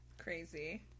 crazy